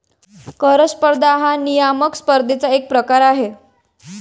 कर स्पर्धा हा नियामक स्पर्धेचा एक प्रकार आहे